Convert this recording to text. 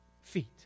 feet